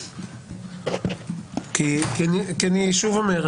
אני שוב אומר,